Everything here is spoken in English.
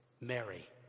Mary